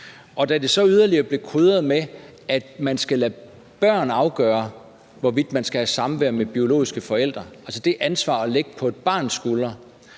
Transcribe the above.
Da det så yderligere blev krydret med, at man skal lade børn afgøre, hvorvidt man skal have samvær med biologiske forældre – at lægge det ansvar på et barns skuldre